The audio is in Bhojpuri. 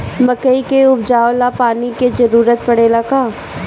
मकई के उपजाव ला पानी के जरूरत परेला का?